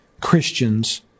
Christians